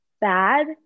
bad